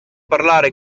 parlare